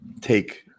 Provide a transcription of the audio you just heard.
take –